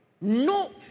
No